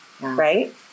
right